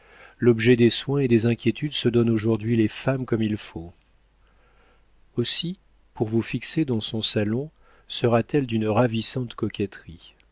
l'objet des soins et des inquiétudes que se donnent aujourd'hui les femmes comme il faut aussi pour vous fixer dans son salon sera-t-elle d'une ravissante coquetterie